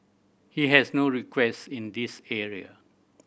he has no request in this area